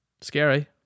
scary